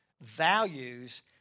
values